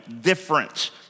different